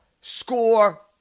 score